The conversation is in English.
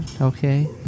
okay